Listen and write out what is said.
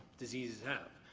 diseases have.